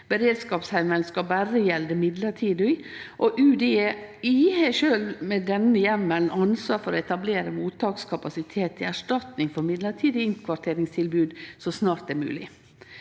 Beredskapsheimelen skal berre gjelde midlertidig, og UDI har sjølv med denne heimelen ansvar for å etablere mottakskapasitet til erstatning for midlertidig innkvarteringstilbod så snart det er mogleg.